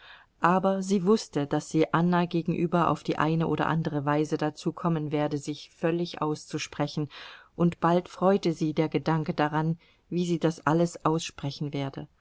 aber sie wußte daß sie anna gegenüber auf die eine oder andere weise dazu kommen werde sich völlig auszusprechen und bald freute sie der gedanke daran wie sie das alles aussprechen werde